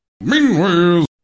Meanwhile